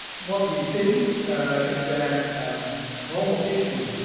what we think is that normal tissue